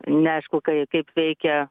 neaišku kai kaip veikia